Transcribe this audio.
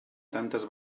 tantes